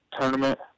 tournament